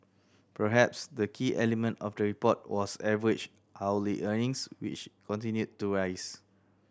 perhaps the key element of the report was average hourly earnings which continued to rise